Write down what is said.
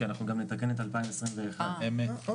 כי אנחנו גם נתקן את 2021. אוקיי.